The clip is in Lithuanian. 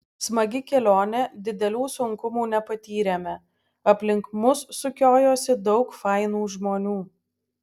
smagi kelionė didelių sunkumų nepatyrėme aplink mus sukiojosi daug fainų žmonių